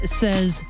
says